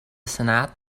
senaat